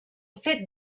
fet